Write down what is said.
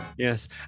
Yes